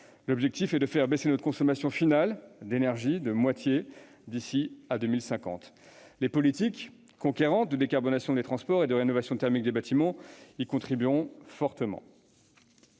L'objectif est de faire baisser notre consommation finale d'énergie de moitié d'ici à 2050. Les politiques conquérantes de décarbonation des transports et de rénovation thermique des bâtiments y contribueront fortement.